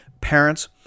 Parents